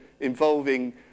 involving